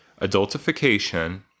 Adultification